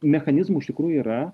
mechanizmų iš tikrųjų yra